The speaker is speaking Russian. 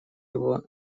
его